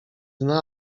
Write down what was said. dna